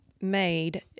made